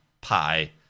pi